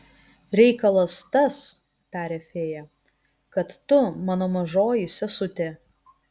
reikalas tas taria fėja kad tu mano mažoji sesutė